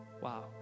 wow